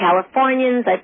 Californians